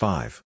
Five